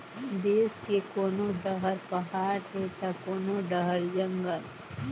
देस के कोनो डहर पहाड़ हे त कोनो डहर जंगल